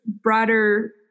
broader